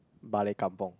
balik kampung